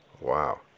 Wow